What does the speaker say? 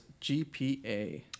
GPA